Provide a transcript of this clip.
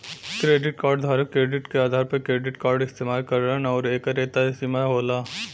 credit card धारक credit के आधार पर क्रेडिट कार्ड इस्तेमाल करलन आउर एकर एक तय सीमा होला